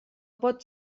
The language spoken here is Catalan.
pot